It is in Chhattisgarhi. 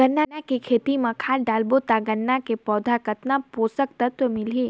गन्ना के खेती मां खाद डालबो ता गन्ना के पौधा कितन पोषक तत्व मिलही?